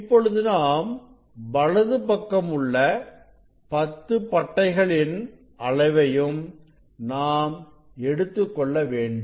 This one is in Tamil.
இப்பொழுது நாம் வலது பக்கம் உள்ள 10 பட்டைகளின் அளவையும் நாம் எடுத்துக் கொள்ள வேண்டும்